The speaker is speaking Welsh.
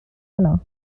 yno